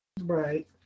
Right